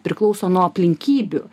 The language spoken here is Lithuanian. priklauso nuo aplinkybių